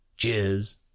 Cheers